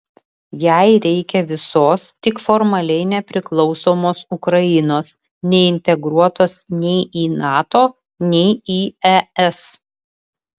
jai reikia visos tik formaliai nepriklausomos ukrainos neintegruotos nei į nato nei į es